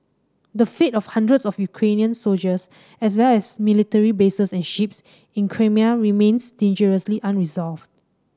the fate of hundreds of Ukrainian soldiers as well as military bases and ships in Crimea remains dangerously unresolved